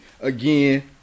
Again